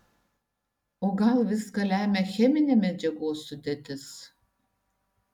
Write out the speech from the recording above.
o gal viską lemia cheminė medžiagos sudėtis